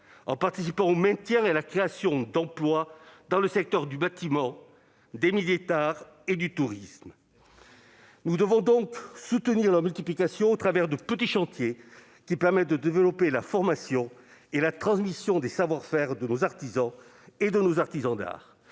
en participant au maintien et à la création d'emplois dans les secteurs du bâtiment, des métiers d'art et du tourisme. Nous devons soutenir leur multiplication, au travers de petits chantiers qui permettent de développer la formation et la transmission des savoir-faire de nos artisans et de nos artisans d'art.